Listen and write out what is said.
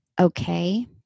okay